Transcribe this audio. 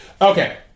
Okay